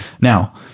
Now